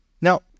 Now